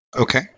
Okay